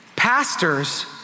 pastors